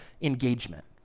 engagement